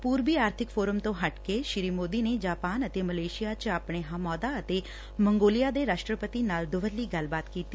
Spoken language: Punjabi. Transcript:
ਪੂਰਬੀ ਆਰਥਿਕ ਫੋਰਮ ਤੋ ਹਟਕੇ ਸ੍ਰੀ ਮੋਦੀ ਨੇ ਜਾਪਾਨ ਅਤੇ ਮਲੇਸ਼ੀਆ ਚ ਆਪਣੇ ਹਮਅਹੁਦਾ ਅਤੇ ਮੰਗੋਲੀਆ ਦੇ ਰਾਸਟਰਪਤੀ ਨਾਲ ਦੁਵੱਲੀ ਗੱਲਬਾਤ ਕੀਤੀ